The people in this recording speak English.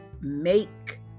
make